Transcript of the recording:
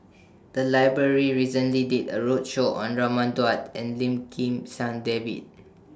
The Library recently did A roadshow on Raman Daud and Lim Kim San David